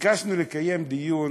ביקשנו לקיים דיון